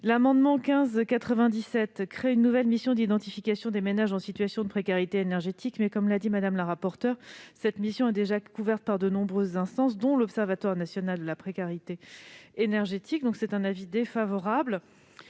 tend à créer une nouvelle mission d'identification des ménages en situation de précarité énergétique, mais, comme l'a dit Mme la rapporteure pour avis, cette mission est déjà couverte par de nombreuses instances, dont l'Observatoire national de la précarité énergétique. L'avis est donc défavorable.